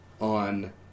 on